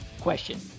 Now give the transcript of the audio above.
question